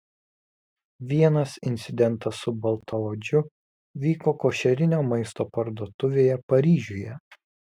vienas incidentas su baltaodžiu vyko košerinio maisto parduotuvėje paryžiuje